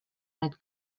need